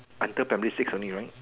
until primary six only right